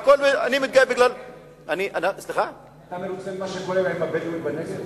אני מתגאה אתה מרוצה עם מה שקורה עם הבדואים בנגב?